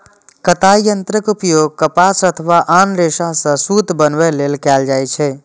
कताइ यंत्रक उपयोग कपास अथवा आन रेशा सं सूत बनबै लेल कैल जाइ छै